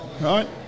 right